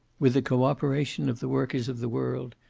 with the cooperation of the workers of the world,